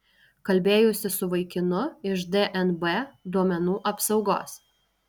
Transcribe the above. kalbėjausi su vaikinu iš dnb duomenų apsaugos